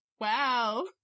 Wow